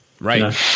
Right